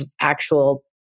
actual